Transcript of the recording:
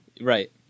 Right